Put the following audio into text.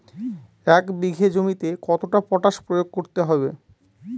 এক বিঘে জমিতে কতটা পটাশ প্রয়োগ করতে হবে?